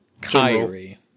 Kyrie